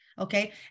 Okay